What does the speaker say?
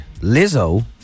Lizzo